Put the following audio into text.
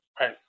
Right